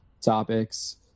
topics